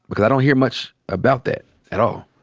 because i don't hear much about that at all.